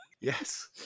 yes